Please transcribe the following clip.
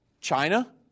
China